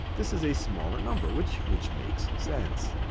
this is a smaller number, which which makes sense.